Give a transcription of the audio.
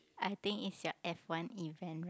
I think is your F one event right